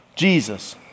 Jesus